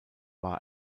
war